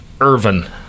Irvin